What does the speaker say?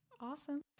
Awesome